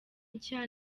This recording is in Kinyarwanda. nshya